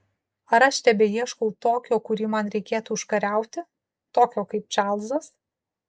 ar aš tebeieškau tokio kurį man reikėtų užkariauti tokio kaip čarlzas